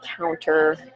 counter